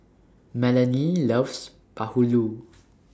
Melony loves Bahulu